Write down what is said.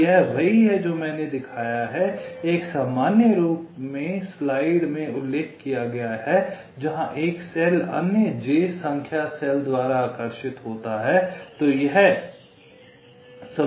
तो यह वही है जो मैंने यहां दिखाया है एक सामान्य रूप में स्लाइड में उल्लेख किया गया है जहां एक सेल अन्य j संख्या सेल द्वारा आकर्षित होता है